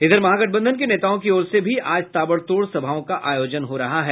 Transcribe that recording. इधर महागठबंधन के नेताओं की ओर से भी आज ताबातोड़ सभाओं का आयोजन हो रहा है